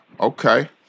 Okay